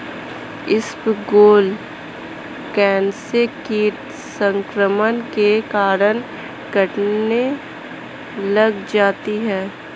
इसबगोल कौनसे कीट संक्रमण के कारण कटने लग जाती है?